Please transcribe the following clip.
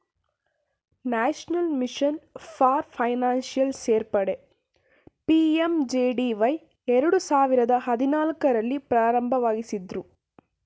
national mission for financial ಸೇರ್ಪಡೆ PMJDY ಎರಡು ಸಾವಿರದ ಹದಿನಾಲ್ಕು ರಲ್ಲಿ ಪ್ರಾರಂಭಿಸಿದ್ದ್ರು